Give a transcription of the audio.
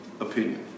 opinion